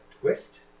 twist